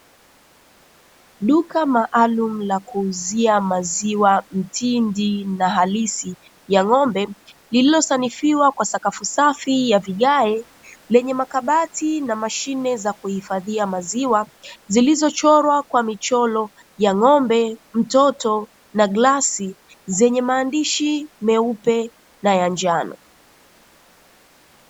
Duka maalumu la kuuzia maziwa mtindi na halisi ya ng’ombe, lililosakafiwa kwa sakafu safi ya vigae lenye makabati na mashine za kuhifadhia maziwa zilizochorwa kwa michoro ya ng’ombe, mtoto na glasi zenye maandishi meupe na ya njano.